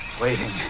waiting